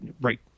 right